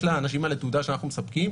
יש לאנשים האלה תעודה שאנחנו מספקים.